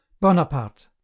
Bonaparte